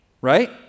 right